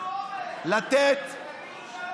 שתקבלו אומץ, תגידו שלום לביבי.